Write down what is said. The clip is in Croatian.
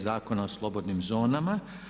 Zakona o slobodnim zonama.